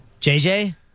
JJ